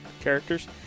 characters